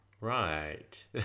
Right